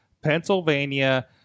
Pennsylvania